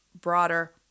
broader